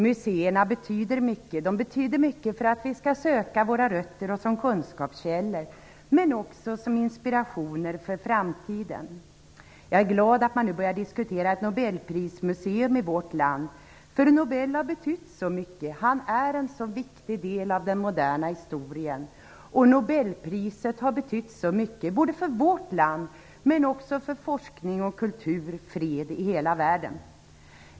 Museerna betyder mycket. De betyder mycket för att vi skall söka våra rötter och som kunskapskällor men också som inspirationer för framtiden. Jag är glad att man nu börjar diskutera ett Nobelprismuseum i vårt land, för Nobel har betytt så mycket. Han är en så viktig del av den moderna historien. Nobelpriset har betytt så mycket, inte bara för vårt land utan också för forskning, kultur och fred i hela världen.